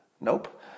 Nope